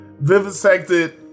Vivisected